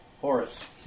Horace